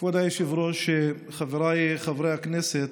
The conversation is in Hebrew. כבוד היושב-ראש, חבריי חברי הכנסת,